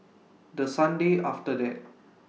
The Sunday after that